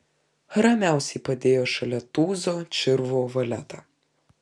ramiausiai padėjo šalia tūzo čirvų valetą